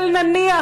אבל נניח,